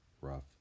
rough